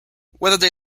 whether